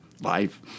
life